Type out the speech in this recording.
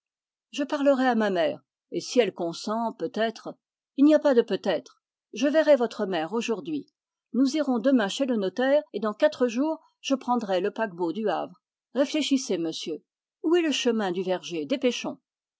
je parlerai à ma mère et si elle consent peutêtre il n'y a pas de peut-être je verrai votre mère aujourd'hui nous irons demain chez le notaire et dans quatre jours je prendrai le paquebot du havre réfléchissez monsieur où est le chemin du verger dépêchons